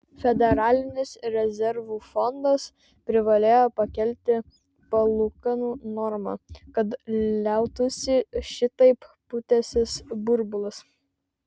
federalinis rezervų fondas privalėjo pakelti palūkanų normą kad liautųsi šitaip pūtęsis burbulas